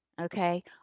okay